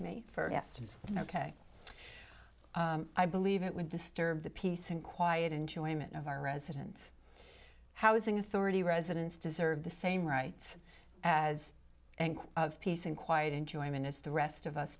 yesterday ok i believe it would disturb the peace and quiet enjoyment of our resident housing authority residents deserve the same rights as peace and quiet enjoyment as the rest of us